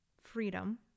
freedom